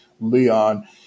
Leon